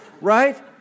right